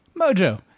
Mojo